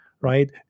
right